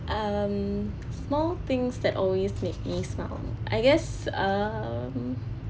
um small things that always make me smile I guess um